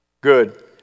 good